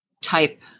type